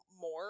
more